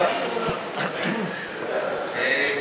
ינון,